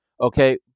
okay